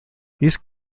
these